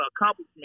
accomplishment